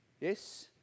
yes